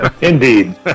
indeed